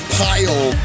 pile